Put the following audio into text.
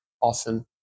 often